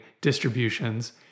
distributions